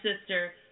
sister